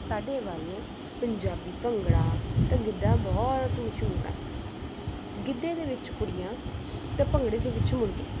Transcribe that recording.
ਸਾਡੇ ਵੱਲ ਪੰਜਾਬੀ ਭੰਗੜਾ ਅਤੇ ਗਿੱਧਾ ਬਹੁਤ ਮਸ਼ਹੂਰ ਆ ਗਿੱਧੇ ਦੇ ਵਿੱਚ ਕੁੜੀਆਂ ਅਤੇ ਭੰਗੜੇ ਦੇ ਵਿੱਚ ਮੁੰਡੇ